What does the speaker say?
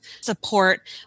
support